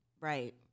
Right